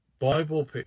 Bible